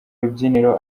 rubyiniro